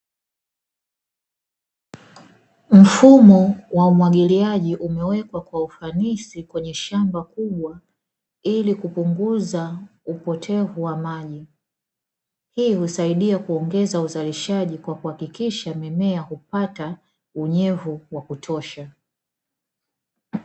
Mfumo wa umwagiliaji umewekwa kwa ufanisi kwenye shamba kubwa ili kupunguza upotevu wa maji, hii husaidia kuongeza uzalishaji kwa kuhakikisha mimea hupata unyevu wa kutosha.